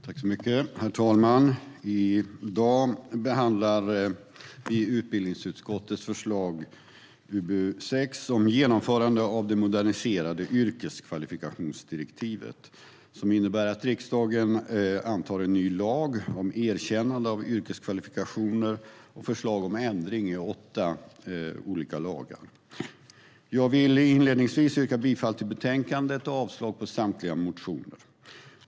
Herr talman! I dag behandlar vi utbildningsutskottets förslag UbU6 om genomförande av det moderniserade yrkeskvalifikationsdirektivet som innebär att riksdagen antar en ny lag om erkännande av yrkeskvalifikationer och förslag om ändring i åtta olika lagar. Jag vill inledningsvis yrka bifall till förslagen i betänkandet och avslag på samtliga reservationer.